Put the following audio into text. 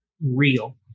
real